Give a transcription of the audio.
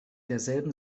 derselben